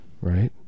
right